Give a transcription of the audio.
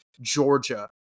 Georgia